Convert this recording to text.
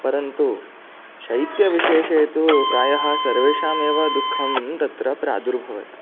परन्तु शैत्यविशेषे तु प्रायः सर्वेषामेव दुःखं तत्र प्रादुरभवत्